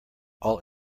all